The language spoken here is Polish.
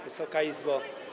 Wysoka Izbo!